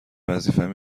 وظیفم